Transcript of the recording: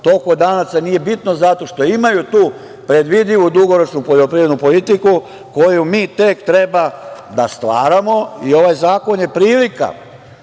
kod Danaca nije bitno zato što imaju tu predvidivu dugoročnu poljoprivrednu politiku koju mi tek treba da stvaramo i ovaj zakon je prilika,